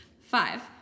five